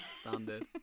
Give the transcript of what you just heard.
standard